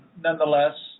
nonetheless